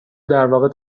درواقع